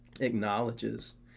acknowledges